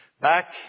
Back